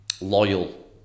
loyal